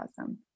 awesome